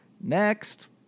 next